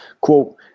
Quote